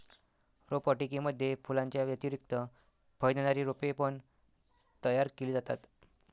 रोपवाटिकेमध्ये फुलांच्या व्यतिरिक्त फळ देणारी रोपे पण तयार केली जातात